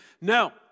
No